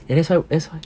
ya that's why that's why